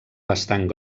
bastant